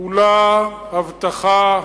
כולה הבטחה,